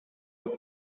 dass